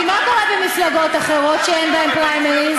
כי מה קורה במפלגות אחרות שאין בהן פריימריז?